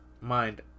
Mind